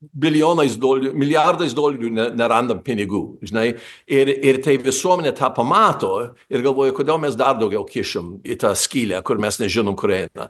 bilijonais dole milijardais dolerių ne nerandam pinigų žinai ir ir taip visuomenė tą pamato ir galvoja kodėl mes dar daugiau kišim į tą skylę kur mes nežinom kur eina